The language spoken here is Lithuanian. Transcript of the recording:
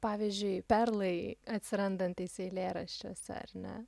pavyzdžiui perlai atsirandantys eilėraščiuose ar ne